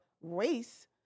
race